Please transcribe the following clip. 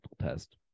test